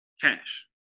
cash